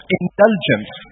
indulgence